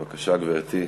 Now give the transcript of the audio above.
בבקשה, גברתי.